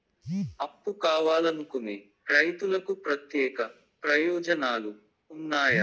అప్పు కావాలనుకునే రైతులకు ప్రత్యేక ప్రయోజనాలు ఉన్నాయా?